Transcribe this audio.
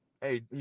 hey